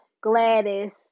Gladys